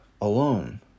alone